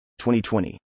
2020